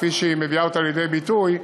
כפי שהיא מביאה אותה לידי ביטוי,